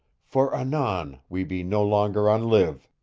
for anon we be no longer on live.